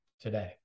today